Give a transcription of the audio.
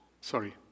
Sorry